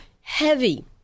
heavy